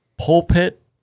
Pulpit